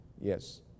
yes